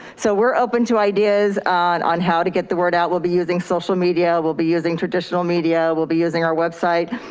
so we're open to ideas on on how to get the word out. we'll be using social media. we'll be using traditional media. we'll be using our website,